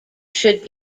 should